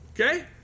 Okay